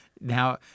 Now